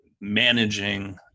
managing